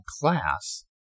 class